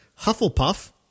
Hufflepuff